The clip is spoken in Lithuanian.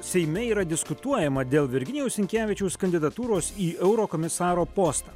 seime yra diskutuojama dėl virginijaus sinkevičiaus kandidatūros į eurokomisaro postą